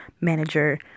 manager